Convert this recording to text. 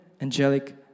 angelic